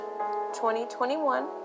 2021